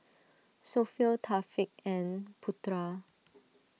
Sofea Taufik and Putra